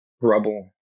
rubble